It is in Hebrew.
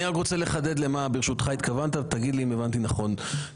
אני רוצה לחדד ותגיד לי את הבנתי למה התכוונת